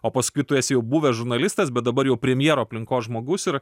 o paskui tu esi jau buvęs žurnalistas bet dabar jau premjero aplinkos žmogus ir